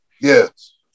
Yes